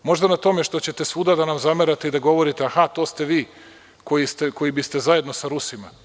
Možda na tome što ćete svuda da nam zamerate i da govorite, aha, to ste vi koji biste zajedno sa Rusima?